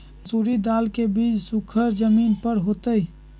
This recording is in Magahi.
मसूरी दाल के बीज सुखर जमीन पर होतई?